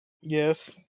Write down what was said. Yes